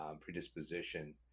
predisposition